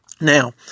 Now